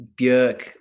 Björk